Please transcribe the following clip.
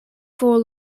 full